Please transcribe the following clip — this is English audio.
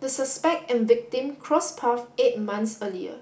the suspect and victim cross path eight months earlier